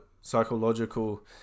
psychological